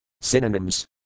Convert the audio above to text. Synonyms